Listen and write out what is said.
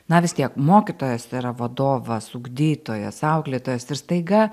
na vis tiek mokytojas tai yra vadovas ugdytojas auklėtojas ir staiga